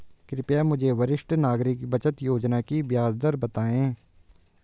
कृपया मुझे वरिष्ठ नागरिक बचत योजना की ब्याज दर बताएं